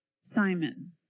Simon